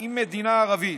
עם מדינה ערבית.